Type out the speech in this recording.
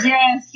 Yes